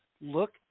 Look